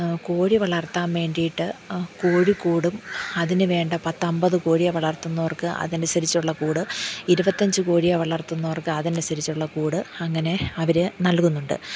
കോഴി വളർത്താൻ വേണ്ടിയിട്ട് കോഴിക്കൂടും അതിന് വേണ്ട പത്ത് അമ്പത് കോഴിയെ വളർത്തുന്നവർക്ക് അത് അനുസരിച്ചുള്ള കൂട് ഇരുപത്തി അഞ്ച് കോഴിയെ വളർത്തുന്നവർക്ക് അത് അനുസരിച്ചുള്ള കൂട് അങ്ങനെ അവർ നൽകുന്നുണ്ട്